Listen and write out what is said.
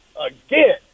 again